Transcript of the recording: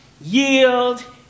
Yield